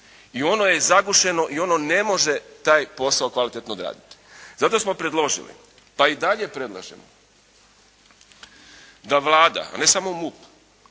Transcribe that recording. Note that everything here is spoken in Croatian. i ono je zabušeno i ono ne može taj posao kvalitetno odraditi. Zato smo predložili pa i dalje predlažemo da Vlada, a ne sam MUP